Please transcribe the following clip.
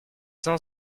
sans